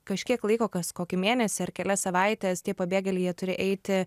kažkiek laiko kas kokį mėnesį ar kelias savaites tie pabėgėliai jie turi eiti